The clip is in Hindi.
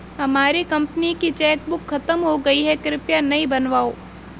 हमारी कंपनी की चेकबुक खत्म हो गई है, कृपया नई बनवाओ